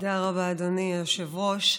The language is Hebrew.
תודה רבה, אדוני היושב-ראש.